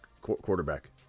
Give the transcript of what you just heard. Quarterback